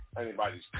anybody's